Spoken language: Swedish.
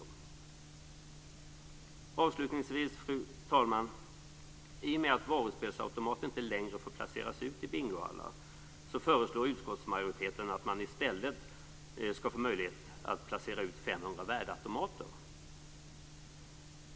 Fru talman! Avslutningsvis vill jag säga att i och med att varuspelsautomater inte längre får placeras ut i bingohallar föreslår utskottsmajoriteten att man i stället skall få möjlighet att placera ut 500 värdeautomater.